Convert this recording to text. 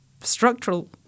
structural